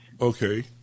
Okay